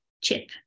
chip